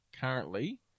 currently